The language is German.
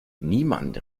niemand